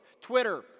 Twitter